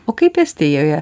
o kaip estijoje